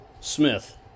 Smith